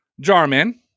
Jarman